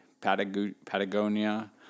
Patagonia